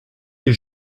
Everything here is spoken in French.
les